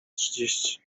trzydzieści